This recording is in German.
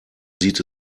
sieht